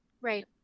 Right